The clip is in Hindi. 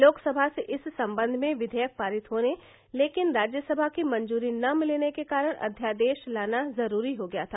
लोकसभा से इस सम्बन्ध में विधेयक पारित होने लेकिन राज्यसभा की मंजूरी न मिलने के कारण अध्यादेश लाना जरूरी हो गया था